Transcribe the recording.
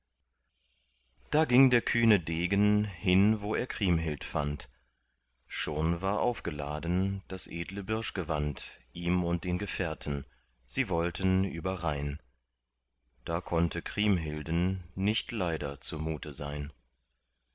da ging der kühne degen hin wo er kriemhild fand schon war aufgeladen das edle birschgewand ihm und den gefährten sie wollten überrhein da konnte kriemhilden nicht leider zumute sein